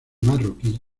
marroquí